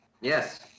Yes